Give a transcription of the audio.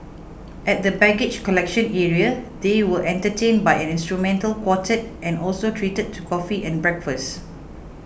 at the baggage collection area they were entertained by an instrumental quartet and also treated to coffee and breakfast